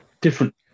different